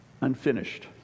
Unfinished